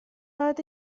بعد